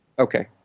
Okay